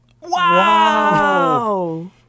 Wow